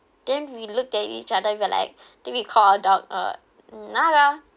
then we looked at each other we are like then we called a dog uh naga